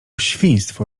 świństwo